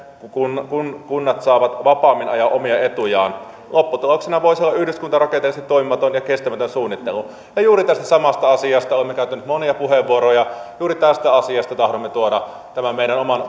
kun kun kunnat saavat vapaammin ajaa omia etujaan lopputuloksena voisi olla yhdyskuntarakenteellisesti toimimaton ja kestämätön suunnittelu juuri tästä samasta asiasta olemme käyttäneet monia puheenvuoroja juuri tästä asiasta tahdomme tuoda tämän meidän oman